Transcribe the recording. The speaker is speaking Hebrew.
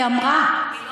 היא לא אמרה.